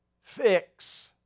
fix